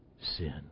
sin